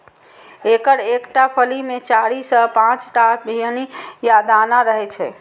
एकर एकटा फली मे चारि सं पांच टा बीहनि या दाना रहै छै